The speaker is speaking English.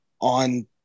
on